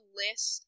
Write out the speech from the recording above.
list